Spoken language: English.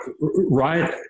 right